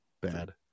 bad